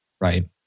right